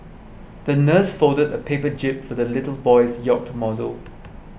the nurse folded a paper jib for the little boy's yacht model